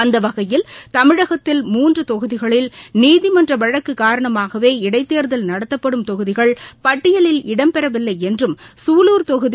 அந்தவகையில் தமிழகத்தில் மூன்றுதொகுதிகளில் நீதிமன்றவழக்குகாரணமாகவே இடைத்தேர்தல் நடத்தப்படும் தொகுதிகள் பட்டியலில் இடம்பெறவில்லைஎன்றும் குலூர் தொகுதி